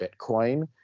Bitcoin